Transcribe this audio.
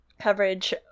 coverage